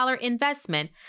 investment